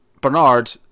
Bernard